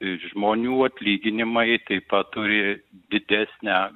ir žmonių atlyginimai taip pat turi didesnę